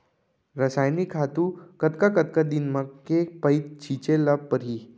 रसायनिक खातू कतका कतका दिन म, के पइत छिंचे ल परहि?